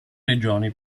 regioni